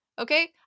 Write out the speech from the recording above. Okay